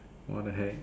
what the heck